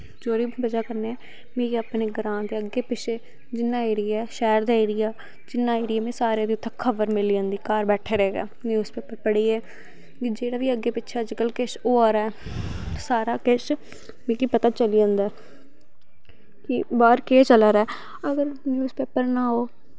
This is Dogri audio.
जेह्दी बज़ह कन्नै मिकी अपने ग्रांऽ दे अग्गै पिच्छै जिन्ना एरियां ऐ शैह्र दा एरिया जिन्ना एरिया मीं सारे दी उत्थै खबर मिली जंदी घर बैठे दे गै न्यूज़ पेपर पढ़ियै मीं जेह्ड़ा बी अग्गै पिच्छै अज कल किश होआ दा ऐ सारे किश मिकी पता चली जंदा कि बाह्र केह् चला दा ऐ अगर न्यूज़ पेपर ना हो